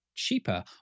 Cheaper